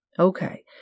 okay